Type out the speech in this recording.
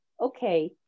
okay